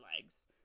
legs